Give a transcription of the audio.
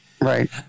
right